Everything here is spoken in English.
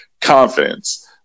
confidence